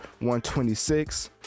126